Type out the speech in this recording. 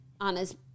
Anna's